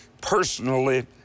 personally